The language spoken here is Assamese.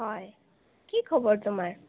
হয় কি খবৰ তোমাৰ